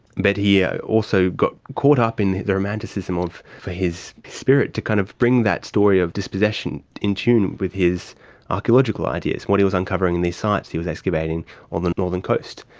but he yeah also got caught up in the romanticism for his spirit to kind of bring that story of dispossession in tune with his archaeological ideas, what he was uncovering in these sites he was excavating on the northern coast.